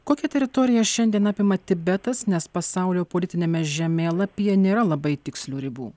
kokią teritorija šiandien apima tibetas nes pasaulio politiniame žemėlapyje nėra labai tikslių ribų